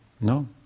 No